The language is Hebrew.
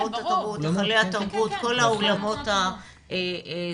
אולמות התרבות, היכלי התרבות, כל האולמות הסגורים.